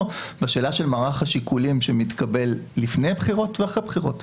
בשאלה של מערך השיקולים שמתקבל לפני בחירות ואחרי בחירות.